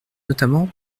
notamment